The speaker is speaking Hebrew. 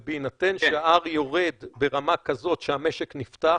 ובהינתן שה-R יורד ברמה כזאת שהמשק נפתח,